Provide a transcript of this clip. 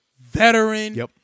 veteran